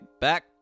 back